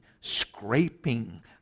scraping